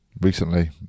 recently